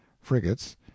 frigates